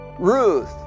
Ruth